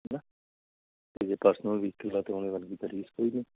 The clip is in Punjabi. ਹੈ ਨਾ ਅਤੇ ਜੇ ਪਰਸਨਲ ਵਹੀਕਲ ਹੈ ਤਾਂ ਉਹਦੇ ਵਰਗੀ ਤਾਂ ਰੀਸ ਕੋਈ ਨਹੀਂ